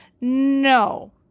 No